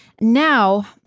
Now